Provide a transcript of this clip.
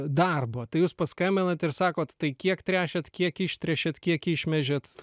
darbo tai jūs paskambinat ir sakot tai kiek tręšiat kiek ištręšiat kiek išmėžiat